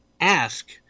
ask